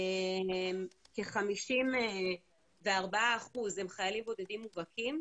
מתוכם כ-54% הם חיילים בודדים מובהקים,